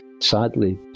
sadly